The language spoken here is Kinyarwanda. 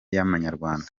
y’amanyarwanda